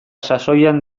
sasoian